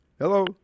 Hello